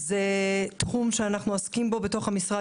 באנטישמיות זה תחום שאנחנו עוסקים בו בתוך המשרד.